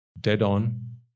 dead-on